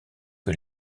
que